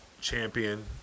champion